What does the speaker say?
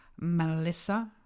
melissa